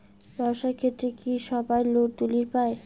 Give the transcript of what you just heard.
ব্যবসার ক্ষেত্রে কি সবায় লোন তুলির পায়?